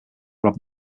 rod